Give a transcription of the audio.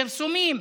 פרסומים,